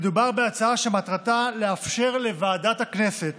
מדובר בהצעה שמטרתה לאפשר לוועדת הכנסת